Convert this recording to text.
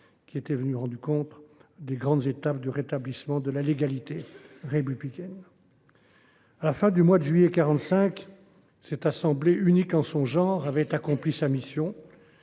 lequel vient rendre compte des grandes étapes du rétablissement de la légalité républicaine. À la fin du mois de juillet 1945, cette assemblée, unique en son genre, avait rempli sa mission.